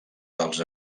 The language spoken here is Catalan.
dels